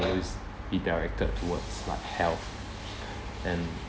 always be directed towards like health and